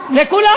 לכולם.